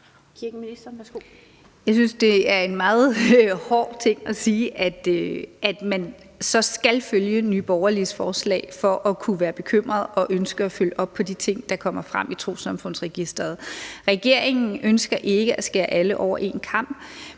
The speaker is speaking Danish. Jeg synes, det er en meget hård ting at sige, at man så skal følge Nye Borgerliges forslag for at kunne være bekymret og ønske at følge op på de ting, der kommer frem i Trossamfundsregistret. Regeringen ønsker ikke at skære alle over én kam,